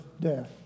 death